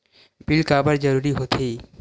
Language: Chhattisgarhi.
बिल काबर जरूरी होथे?